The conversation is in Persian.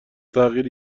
تغییر